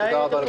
הישיבה נעולה.